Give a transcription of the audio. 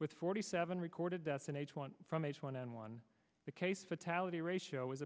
with forty seven recorded that's an h one from h one n one the case fatality ratio is